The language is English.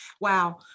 Wow